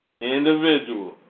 Individual